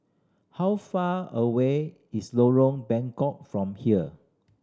how far away is Lorong Bengkok from here